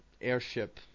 airship